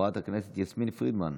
חברת הכנסת יסמין פרידמן,